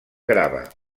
grava